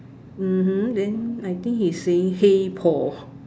mmhmm then I think he's saying hey Paul